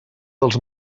dels